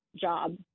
job